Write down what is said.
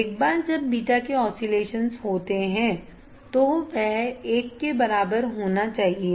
एक बार जब बीटा के ऑसिलेशंस होते हैं तो वह एक के बराबर होना चाहिए